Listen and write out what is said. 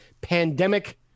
Pandemic